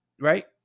right